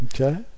Okay